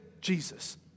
Jesus